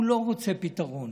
הוא לא רוצה פתרון,